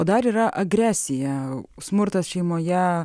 o dar yra agresija smurtas šeimoje